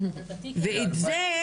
ועל זה,